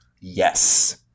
Yes